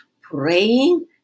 praying